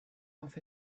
off